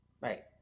Right